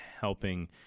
helping